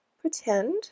pretend